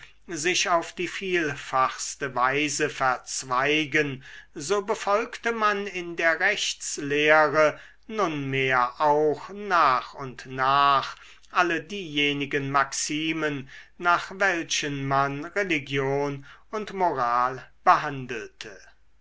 sich auf die vielfachste weise verzweigen so befolgte man in der rechtslehre nunmehr auch nach und nach alle diejenigen maximen nach welchen man religion und moral behandelte